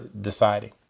deciding